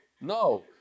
No